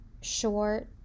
short